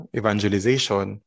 evangelization